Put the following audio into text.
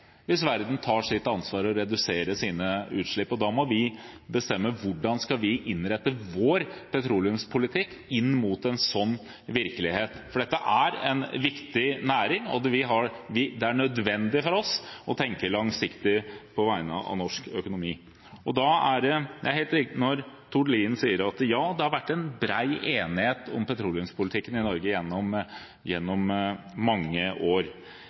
hvis verden tar ansvar og reduserer sine utslipp. Vi må bestemme følgende: Hvordan skal vi innrette vår petroleumspolitikk etter en slik virkelighet? Dette er en viktig næring. Det er nødvendig for oss å tenke langsiktig, på vegne av norsk økonomi. Det er helt riktig når Tord Lien sier at det har vært bred enighet om petroleumspolitikken i Norge gjennom mange år.